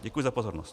Děkuji za pozornost.